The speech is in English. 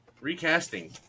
Recasting